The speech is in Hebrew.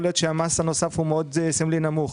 להיות שהמס הנוסף הוא מאוד סמלי נמוך.